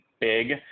big